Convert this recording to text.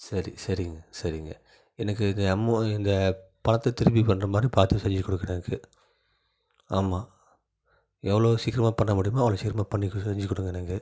சரி சரிங்க சரிங்க எனக்கு இது அம்மோ இந்த பணத்தை திருப்பி பண்ணுற மாதிரி பார்த்து செஞ்சு குடுக்கணும் எனக்கு ஆமாம் எவ்வளோவு சீக்கிரமாக பண்ண முடியுமோ அவ்வளோ சீக்கிரமாக பண்ணி கொடு செஞ்சு கொடுங்க எனக்கு